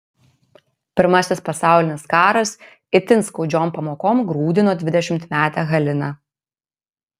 pirmasis pasaulinis karas itin skaudžiom pamokom grūdino dvidešimtmetę haliną